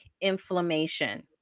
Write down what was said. inflammation